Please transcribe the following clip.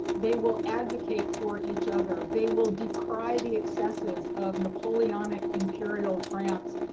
they will advocate for each other, they will decry the excesses of napoleonic imperial france,